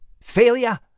failure